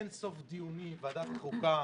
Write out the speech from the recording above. היו אין-סוף דיונים בוועדת חוקה,